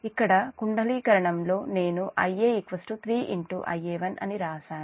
ఇక్కడ కుండలీకరణం లో నేను Ia 3 Ia1 అని రాశాను